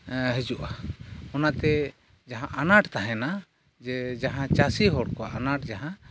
ᱦᱤᱡᱩᱜᱼᱟ ᱚᱱᱟᱛᱮ ᱡᱟᱦᱟᱸ ᱟᱱᱟᱴ ᱛᱟᱦᱮᱱᱟ ᱡᱮ ᱡᱟᱦᱟᱸ ᱪᱟᱹᱥᱤ ᱦᱚᱲ ᱠᱚᱣᱟᱜ ᱟᱱᱟᱴ ᱡᱟᱦᱟᱸ